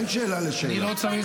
אין שאלה לשאלה.